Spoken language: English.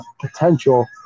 potential